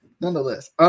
nonetheless